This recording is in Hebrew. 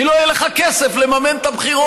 כי לא יהיה לך כסף לממן את הבחירות.